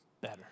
better